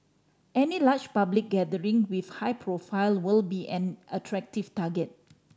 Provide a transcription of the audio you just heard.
any large public gathering with high profile will be an attractive target